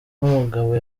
n’umugabo